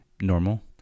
normal